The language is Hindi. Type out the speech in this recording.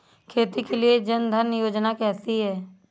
खेती के लिए जन धन योजना कैसी है?